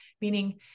meaning